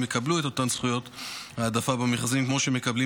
יקבלו את אותן זכויות העדפה במכרזים כמו שמקבלות